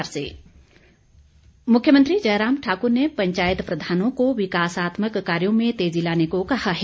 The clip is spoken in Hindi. मुख्यमंत्री मुख्यमंत्री जयराम ठाकुर ने पंचायत प्रधानों को विकासात्मक कार्यो में तेजी लाने को कहा है